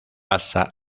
pasa